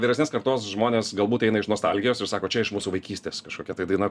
vyresnės kartos žmonės galbūt eina iš nostalgijos ir sako čia iš mūsų vaikystės kažkokia tai daina